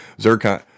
Zircon